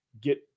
Get